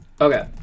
Okay